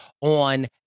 on